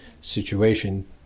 situation